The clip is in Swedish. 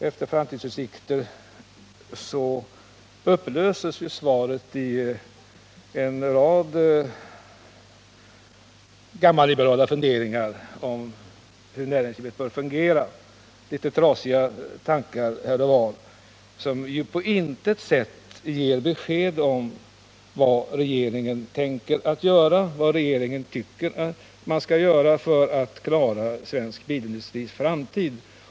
Efter den meningen upplöses svaret i en rad gammalliberala funderingar om hur näringslivet bör fungera, och det utmynnar i söndertrasade tankar som på intet sätt ger besked om vad regeringen tänker göra eller vad regeringen tycker att man bör göra för att klara svensk bilindustrins framtid.